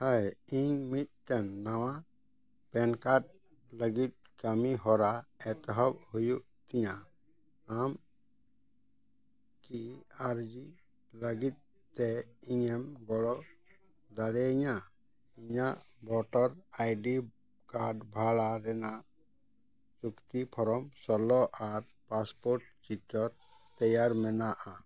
ᱦᱳᱭ ᱤᱧ ᱢᱤᱫᱴᱟᱱ ᱱᱟᱣᱟ ᱯᱮᱱ ᱠᱟᱨᱰ ᱞᱟᱹᱜᱤᱫ ᱠᱟᱹᱢᱤ ᱦᱚᱨᱟ ᱮᱛᱚᱦᱚᱵ ᱦᱩᱭᱩᱜ ᱛᱤᱧᱟ ᱟᱢ ᱠᱤ ᱟᱨᱡᱤ ᱞᱟᱹᱜᱤᱫ ᱛᱮ ᱤᱧᱮᱢ ᱜᱚᱲᱚ ᱫᱟᱲᱮᱭᱤᱧᱟ ᱤᱧᱟᱹᱜ ᱵᱷᱳᱴᱟᱨ ᱟᱭᱰᱤ ᱠᱟᱨᱰ ᱵᱷᱟᱲᱟ ᱨᱮᱱᱟᱜ ᱪᱩᱠᱛᱤ ᱯᱷᱨᱚᱢ ᱥᱳᱞᱞᱳ ᱟᱨ ᱯᱟᱥᱯᱳᱨᱴ ᱪᱤᱛᱟᱹᱨ ᱛᱮᱭᱟᱨ ᱢᱮᱱᱟᱜᱼᱟ